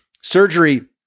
Surgery